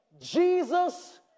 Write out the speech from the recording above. Jesus